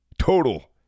total